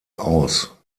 aus